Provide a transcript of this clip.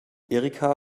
erika